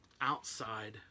outside